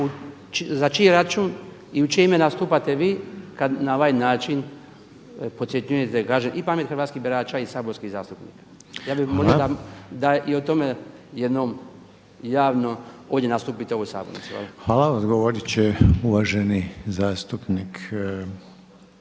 za čiji račun i u čije ime nastupate vi kada na ovaj način podcjenjujete kažem i pamet hrvatskih birača i saborskih zastupnika? Ja bih molio da i o tome jednom javno nastupite ovdje u ovoj sabornici.